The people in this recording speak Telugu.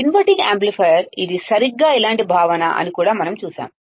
ఇన్వర్టింగ్ యాంప్లిఫైయర్లో ఇది సరిగ్గా ఇలాంటి భావన అని కూడా మనంచూశాము